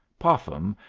popham,